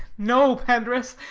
no, pandarus.